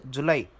July